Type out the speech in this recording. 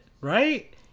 right